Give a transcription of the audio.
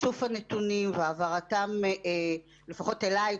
איסוף הנתונים והעברתם לפחות אליי,